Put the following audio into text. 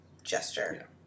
gesture